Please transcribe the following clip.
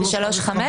3(5). -- בסעיף 3(5),